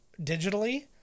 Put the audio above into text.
digitally